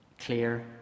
clear